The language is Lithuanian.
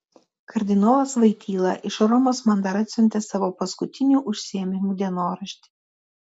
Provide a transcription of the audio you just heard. kardinolas voityla iš romos man dar atsiuntė savo paskutinių užsiėmimų dienoraštį